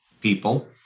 people